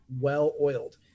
well-oiled